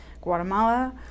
Guatemala